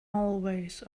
hallways